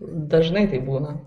dažnai taip būna